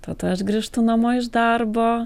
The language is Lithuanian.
tada aš grįžtu namo iš darbo